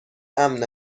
امن